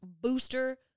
Booster